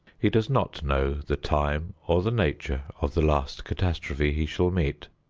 he does not know the time or the nature of the last catastrophe he shall meet.